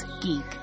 geek